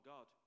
God